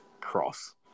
Cross